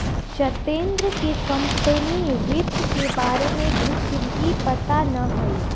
सत्येंद्र के कंपनी वित्त के बारे में कुछ भी पता ना हई